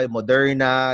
Moderna